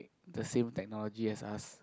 the same technology as us